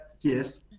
yes